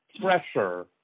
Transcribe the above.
pressure